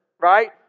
right